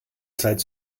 zeit